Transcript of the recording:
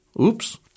Oops